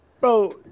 Bro